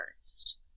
first